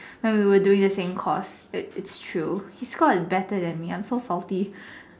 when we were doing the same course it it's true his score is better than me I am so salty